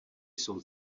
jsou